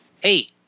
hey